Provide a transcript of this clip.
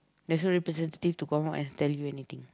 there's no representative to come out and tell you anything